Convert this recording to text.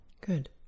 Good